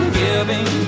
giving